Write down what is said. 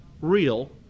real